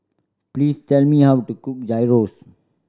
please tell me how to cook Gyros